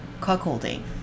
Cuckolding